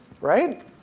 right